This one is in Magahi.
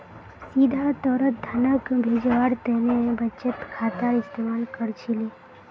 सीधा तौरत धनक भेजवार तने बचत खातार इस्तेमाल कर छिले